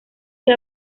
que